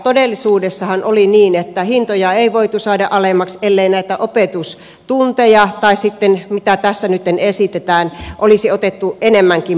todellisuudessahan oli niin että hintoja ei voitu saada alemmaksi ellei näitä opetustunteja tai sitten mitä tässä nytten esitetään olisi otettu enemmänkin pois